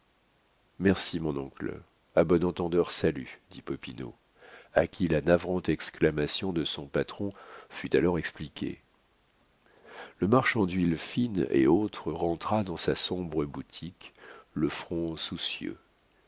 merci mon oncle à bon entendeur salut dit popinot à qui la navrante exclamation de son patron fut alors expliquée le marchand d'huiles fines et autres rentra dans sa sombre boutique le front soucieux